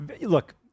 Look